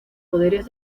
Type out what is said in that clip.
poderes